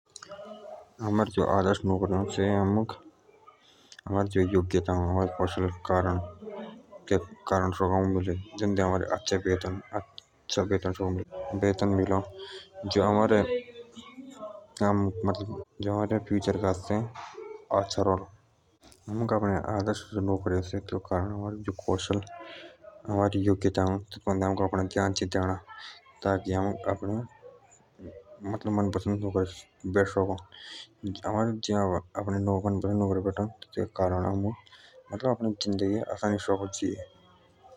आमुक जो आदर्श नोकरी चाहि से आमुक हमारे योग्यताएं के कारण शकों बैठे तैत़लियां अओमुक अच्छा वेतन शकों बैठे जो हमारे फ्यूचर के आस्थे ठीक अ अओमुक आपने योग्यता ध्यान चि देना ताकि आमुक अपने मन पसंद नोकरी मिल शकों अगर आमुक आपने मन पसंद नोकरी मिल जाओ तभे हमें अपने जिन्दगी आसानी से काट शकों।